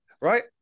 right